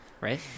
Right